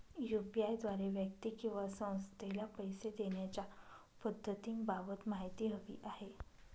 UPI द्वारे व्यक्ती किंवा संस्थेला पैसे देण्याच्या पद्धतींबाबत माहिती हवी आहे